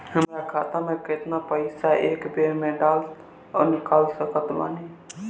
हमार खाता मे केतना पईसा एक बेर मे डाल आऊर निकाल सकत बानी?